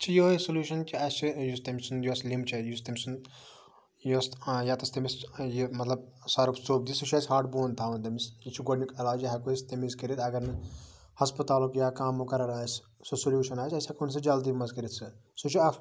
چھِ یِہٕے سوٚلیوشَن کہِ اَسہِ چھُ یُس تمہ سُنٛد یۄس لِمب چھےٚ یُس تمہ سُنٛد یۄس یَتَس تٔمِس یہِ مَطلَب سرپھ ژوٚپ دِیہِ سُہ چھُ اَسہِ ہَڑ بۄن تھاوُن تٔمِس یہِ چھُ گۄڈنیک علاج یہِ ہیٚکو أسۍ تٔمِس کٔرِتھ اگر نہٕ ہَسپَتالُک یا کانٛہہ مُقَرَر آسہِ سوٚلیوشَن آسہِ أسۍ ہیٚکون سُہ جلدی مَنٛز کٔرِتھ سہ سُہ چھُ اکھ